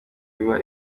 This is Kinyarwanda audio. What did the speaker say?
biba